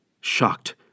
Shocked